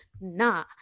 Nah